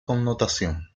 connotación